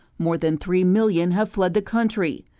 more than three million have fled the country.